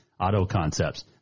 Autoconcepts